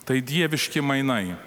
tai dieviški mainai